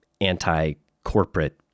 anti-corporate